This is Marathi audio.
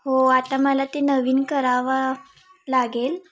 हो आता मला ते नवीन करावा लागेल